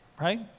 right